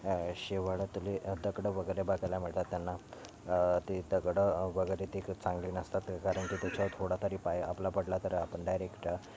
शेवाळ्याातले दगडं वगैरे बघायला मिळतात त्यांना ते दगडं वगरे ते चांगली नसतात कारण की त्याच्यावर थोडा तरी पाय आपला पडला तर आपण डायरेक्ट